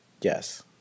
yes